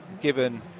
given